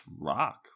Rock